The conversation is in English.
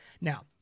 Now